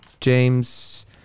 James